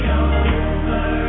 over